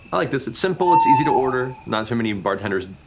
i like this, it's simple, it's easy to order, not too many bartenders